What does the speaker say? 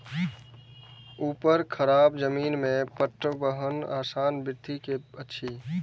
ऊवर खावर जमीन में पटवनक आसान विधि की अछि?